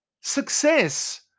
success